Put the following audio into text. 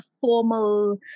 formal